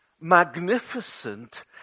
magnificent